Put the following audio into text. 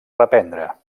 reprendre